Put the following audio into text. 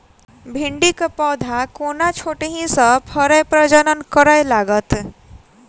भिंडीक पौधा कोना छोटहि सँ फरय प्रजनन करै लागत?